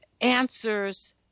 answers